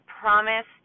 promise